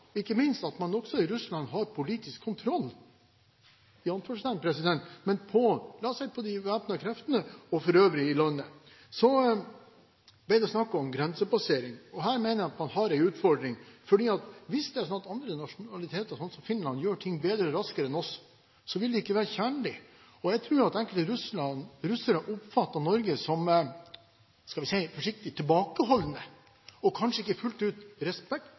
ikke minst at man også i Russland har «politisk kontroll» – la oss si – på de væpnede kreftene og for øvrig i landet. Så ble det snakk om grensepassering. Her mener jeg at man har en utfordring, for hvis det er sånn at andre nasjonaliteter, sånn som Finland, gjør ting bedre og raskere enn oss, vil det ikke være tjenlig for oss. Jeg tror at russere egentlig oppfatter Norge som – skal vi si – forsiktige, tilbakeholdende og kanskje ikke fullt ut